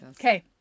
Okay